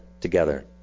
together